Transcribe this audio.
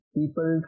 people